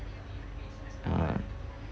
uh